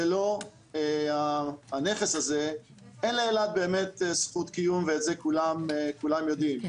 שללא הנכס הזה ,אין לאילת באמת זכות קיום ואת זה כולם יודעים.